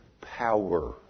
power